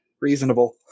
Reasonable